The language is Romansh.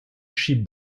schi